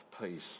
peace